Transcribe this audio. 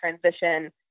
transition